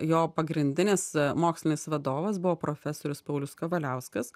jo pagrindinis mokslinis vadovas buvo profesorius paulius kavaliauskas